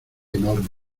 enorme